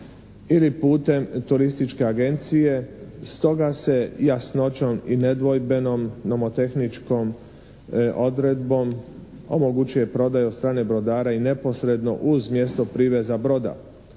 ili putem turističke agencije. Stoga se jasnoćom i nedvojbenom nomotehničkom odredbom omogućuje prodaja od strane brodara i neposredno uz mjesto priveza broda.